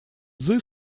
цзы